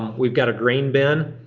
we've got a grain bin.